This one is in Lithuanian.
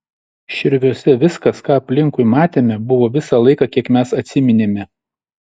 širviuose viskas ką aplinkui matėme buvo visą laiką kiek mes atsiminėme